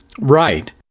Right